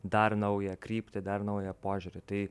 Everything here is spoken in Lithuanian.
dar naują kryptį dar naują požiūrį tai